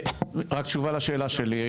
רק תשובה לשאלה שלי,